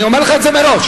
אני אומר לך את זה מראש.